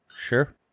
Sure